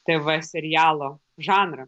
tv serialo žanrą